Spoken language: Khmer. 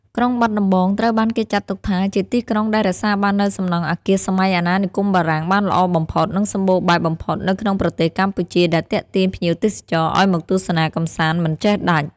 ក្រុងបាត់ដំបងត្រូវបានគេចាត់ទុកថាជាទីក្រុងដែលរក្សាបាននូវសំណង់អគារសម័យអាណានិគមបារាំងបានល្អបំផុត និងសំបូរបែបបំផុតនៅក្នុងប្រទេសកម្ពុជា ដែលទាក់ទាញភ្ញៀវទេសចរឱ្យមកទស្សនាកម្សាន្តមិនចេះដាច់។